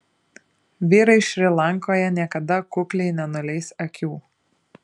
vyrai šri lankoje niekada kukliai nenuleis akių